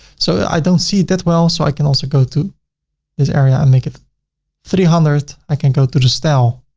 so i don't see it that well. so i can also go to this area and make it three hundred. i can go to the style.